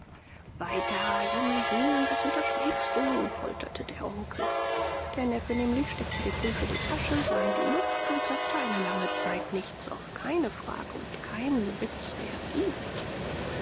weiter junge he was unterschlägst du polterte der onkel der neffe nämlich steckte den brief in die tasche sah in die luft und sagte eine lange zeit nichts auf keine frage und keinen witz reagierend